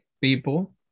people